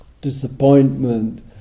disappointment